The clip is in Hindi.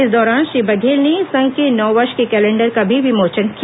इस दौरान श्री बघेल ने संघ के नव वर्ष के कैलेण्डर का भी विमोचन किया